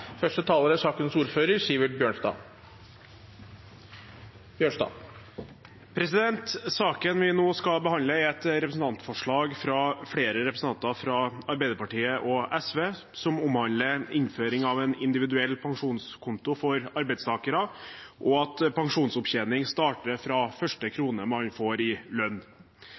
Saken vi nå skal behandle, er et representantforslag fra flere representanter fra Arbeiderpartiet og SV som omhandler innføring av en individuell pensjonskonto for arbeidstakere, og at pensjonsopptjening starter fra første krone man får i lønn.